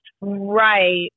Right